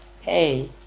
hey